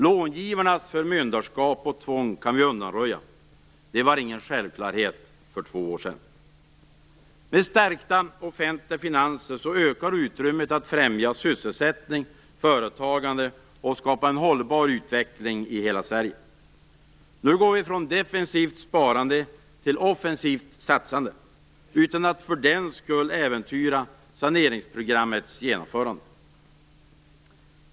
Långivarnas förmyndarskap och tvång kan vi undanröja. Det var ingen självklarhet för två år sedan. Med stärkta offentliga finanser ökar utrymmet för att främja sysselsättning och företagande och skapa en hållbar utveckling i hela Sverige. Nu går vi från defensivt sparande till offensivt satsande, utan att för den skull äventyra saneringsprogrammets genomförande.